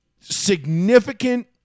significant